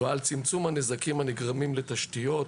ועל צמצום הנזקים הנגרמים לתשתיות,